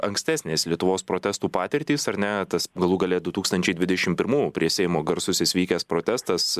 ankstesnės lietuvos protestų patirtys ar ne tas galų gale du tūkstančiai dvidešim pirmų prie seimo garsusis vykęs protestas